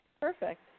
Perfect